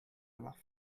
aloft